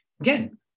Again